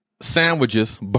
sandwiches